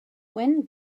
when